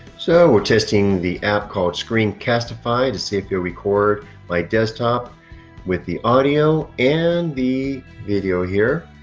so we're testing the app called screencastify to see if you'll record my desktop with the audio and the video here